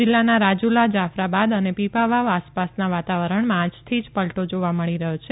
જિલ્લાના રાજુલા જાફરાબાદ અને પીપાવાવ આસપાસના વાતાવરણમાં આજથી જ પલટો જોવા મળી રહ્યો છે